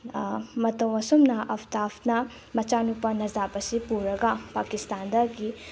ꯃꯇꯧ ꯑꯁꯨꯝꯅ ꯑꯐꯇꯥꯞꯅ ꯃꯆꯥꯅꯨꯄꯥ ꯅꯖꯥꯞ ꯑꯁꯤ ꯄꯨꯔꯒ ꯄꯥꯀꯤꯁꯇꯥꯟꯗꯒꯤ